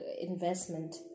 investment